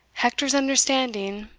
hector's understanding,